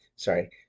Sorry